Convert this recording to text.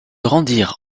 rendirent